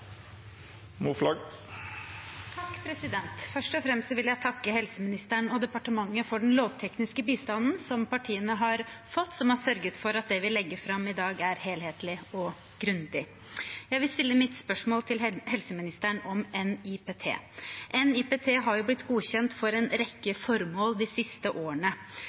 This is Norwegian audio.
den lovtekniske bistanden som partiene har fått, som har sørget for at det vi legger fram i dag, er helhetlig og grundig. Jeg vil stille helseministeren et spørsmål om NIPT. NIPT har blitt godkjent for en rekke formål de siste årene: